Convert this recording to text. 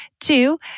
Two